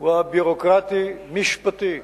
הוא הביורוקרטי-משפטי.